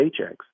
paychecks